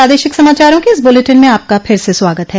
प्रादेशिक समाचारों के इस बुलेटिन में आपका फिर से स्वागत है